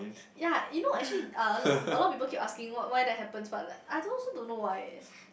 ya you know actually uh a lot a lot people keep asking what why that happens but like I also don't know why eh